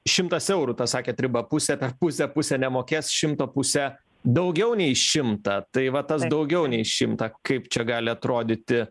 šimtas eurų ta sakėt riba pusė per pusę pusė nemokės šimto pusė daugiau nei šimtą tai va tas daugiau nei šimtą kaip čia gali atrodyti